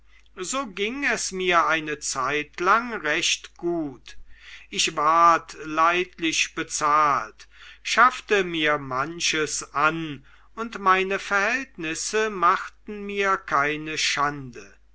so ging es mir eine zeitlang recht gut ich ward leidlich bezahlt schaffte mir manches an und meine verhältnisse machten mir keine schande